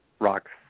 rocks